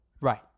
Right